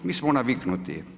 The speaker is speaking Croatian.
Mi smo naviknuti.